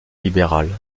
libéral